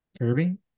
Kirby